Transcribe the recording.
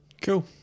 Cool